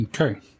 Okay